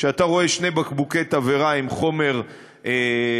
כשאתה רואה שני בקבוקי תבערה עם חומר בעירה,